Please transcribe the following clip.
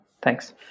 Thanks